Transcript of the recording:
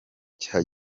cya